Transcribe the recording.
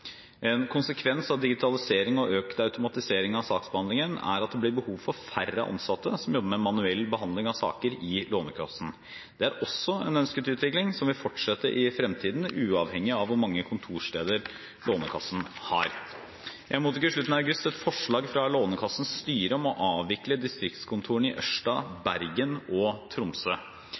En konsekvens av digitalisering og økt automatisering av saksbehandlingen er at det blir behov for færre ansatte som jobber med manuell behandling av saker i Lånekassen. Det er også en ønsket utvikling som vil fortsette i fremtiden, uavhengig av hvor mange kontorsteder Lånekassen har. Jeg mottok i slutten av august et forslag fra Lånekassens styre om å avvikle distriktskontorene i Ørsta, Bergen og Tromsø.